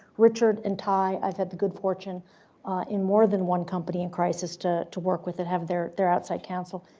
richard and i have had the good fortune in more than one company in crisis to to work with and have their their outside counsel.